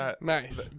nice